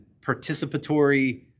participatory